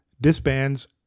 disbands